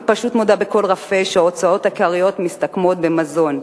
היא פשוט מודה בקול רפה ש"ההוצאות העיקריות מסתכמות במזון".